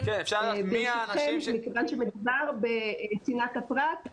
מכיוון שמדובר בצנעת הפרט,